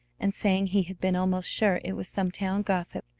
and saying he had been almost sure it was some town gossip,